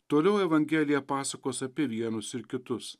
toliau evangelija pasakos apie vienus ir kitus